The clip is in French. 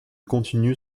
continue